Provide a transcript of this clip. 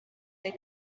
they